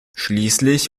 schließlich